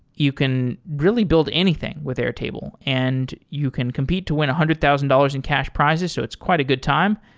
you can really build anything with airtable, and you can compete to win one hundred thousand dollars in cash prizes. so it's quite a good time.